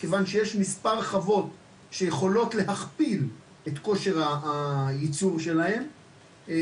כיוון שיש מספר חוות שיכולות להכפיל את כושר הייצור שלהן,